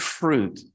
fruit